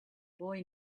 boy